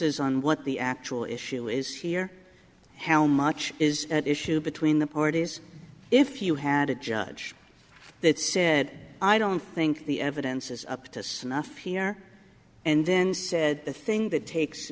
focuses on what the actual issue is here how much is at issue between the parties if you had a judge that said i don't think the evidence is up to snuff here and then said the thing that takes